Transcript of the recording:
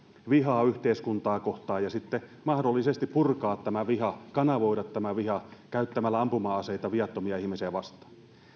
vihaa yhteiskuntaa kohtaan ja sitten mahdollisesti purkaa tämä viha kanavoida tämä viha käyttämällä ampuma aseita viattomia ihmisiä vastaan